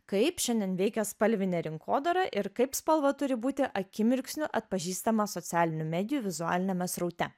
kaip šiandien veikia spalvinė rinkodara ir kaip spalva turi būti akimirksniu atpažįstama socialinių medijų vizualiniame sraute